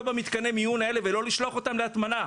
במתקני המיון האלה ולא לשלוח אותה להטמנה.